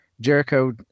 Jericho